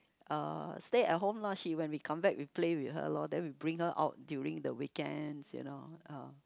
uh stay at home lah she when we come back we play with her loh then we bring her out during the weekends you know uh